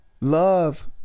love